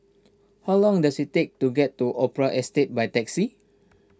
how long does it take to get to Opera Estate by taxi